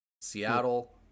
Seattle